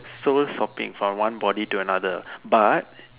soul swapping from one body to another but